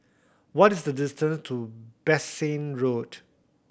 what is the distant to Bassein Road